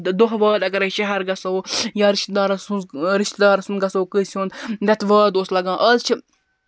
دۄہ واد اَگرٕے شَہر گژھو یا رِشتہٕ دارو سُند یا رِشتٔدار سُند گژھو کٲنسہِ ہُند رٮ۪تہٕ واد اوس لَگان آز چھُ